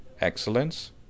excellence